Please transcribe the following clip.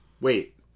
wait